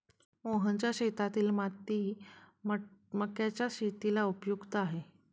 मोहनच्या शेतातील माती मक्याच्या शेतीला उपयुक्त आहे